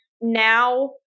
now